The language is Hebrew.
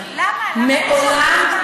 מעולם,